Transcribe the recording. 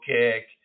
kick